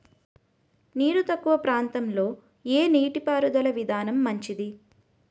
నీరు తక్కువ ప్రాంతంలో ఏ నీటిపారుదల విధానం మంచిది?